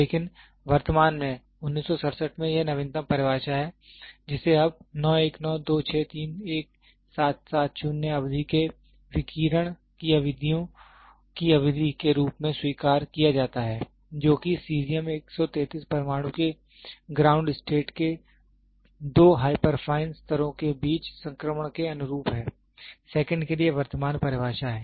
लेकिन वर्तमान में 1967 में यह नवीनतम परिभाषा है जिसे अब 9192631770 अवधि के विकिरण की अवधियों की अवधि के रूप में स्वीकार किया जाता है जो कि सीज़ियम 133 परमाणु के ग्राउंड स्टेट के दो हाइपरफाइन स्तरों के बीच संक्रमण के अनुरूप है सेकंड के लिए वर्तमान परिभाषा है